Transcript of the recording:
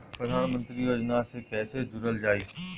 प्रधानमंत्री योजना से कैसे जुड़ल जाइ?